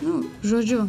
nu žodžiu